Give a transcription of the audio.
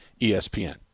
espn